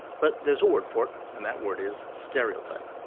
but there's a word for it, and that word is stereotype.